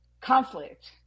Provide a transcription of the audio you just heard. conflict